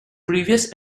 previous